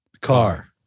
Car